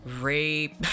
rape